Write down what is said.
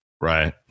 Right